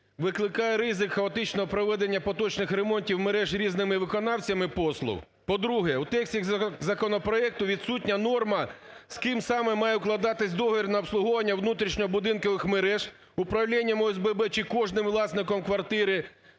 викликає ризик хаотичного проведення поточних ремонтів мереж різними виконавцями послуг. По-друге, у тексті законопроекту відсутня норма з ким саме має укладатись договір на обслуговування внутрішньо будинкових мереж, управлінням ОСББ чи кожним власником квартири.